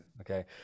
Okay